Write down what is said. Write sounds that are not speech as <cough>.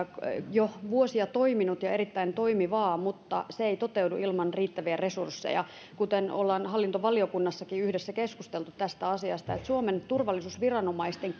jo vuosia ja on erittäin toimivaa mutta se ei toteudu ilman riittäviä resursseja olemme hallintovaliokunnassakin yhdessä keskustelleet tästä asiasta että suomen turvallisuusviranomaisten <unintelligible>